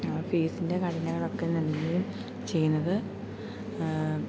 ആ ഫീസിൻ്റെ ഘടനകളൊക്കെ നല്കുകയും ചെയ്യുന്നത്